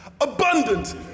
Abundant